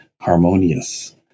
harmonious